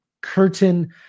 curtain